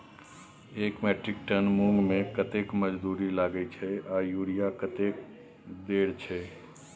एक metric ton मूंग में कतेक मजदूरी लागे छै आर यूरिया कतेक देर छै?